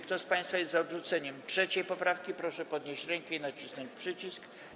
Kto z państwa jest za odrzuceniem 3. poprawki, proszę podnieść rękę i nacisnąć przycisk.